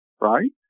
right